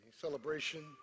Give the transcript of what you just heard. celebration